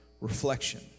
reflection